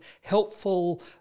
helpful